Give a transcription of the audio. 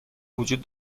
وجود